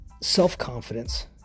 self-confidence